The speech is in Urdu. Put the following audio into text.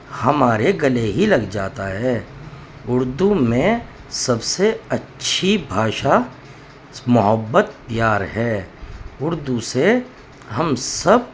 ہمارے گلے ہی لگ جاتا ہے اردو میں سب سے اچھی بھاشا محبت پیار ہے اردو سے ہم سب